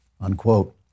unquote